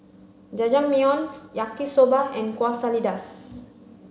Yaki soba and Quesadillas